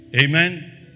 Amen